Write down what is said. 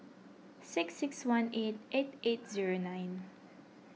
six six one eight eight eight zero nine